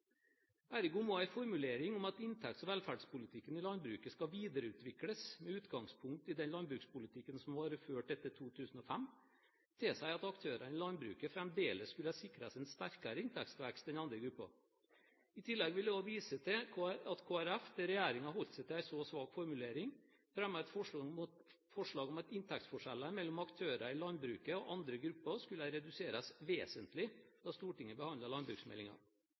ergo må en formulering om «å videreutvikle inntekts- og velferdspolitikken i landbruket med utgangspunkt i den landbrukspolitikken som har vært ført etter 2005», tilsi at aktørene i landbruket fremdeles skulle sikres en sterkere inntektsvekst enn andre grupper. I tillegg vil jeg også vise til at Kristelig Folkeparti – der regjeringen har holdt seg til en så svak formulering – fremmet et forslag om at inntektsforskjellene mellom aktører i landbruket og andre grupper skulle reduseres vesentlig da Stortinget